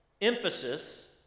Emphasis